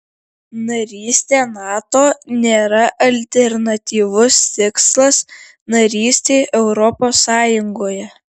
narystė nato nėra alternatyvus tikslas narystei europos sąjungoje